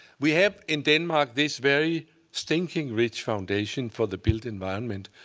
we have in denmark this very stinking rich foundation for the built environment,